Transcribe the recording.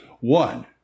One